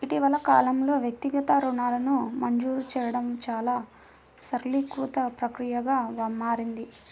ఇటీవలి కాలంలో, వ్యక్తిగత రుణాలను మంజూరు చేయడం చాలా సరళీకృత ప్రక్రియగా మారింది